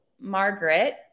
Margaret